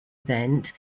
event